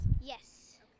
Yes